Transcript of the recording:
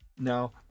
Now